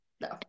No